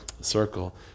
circle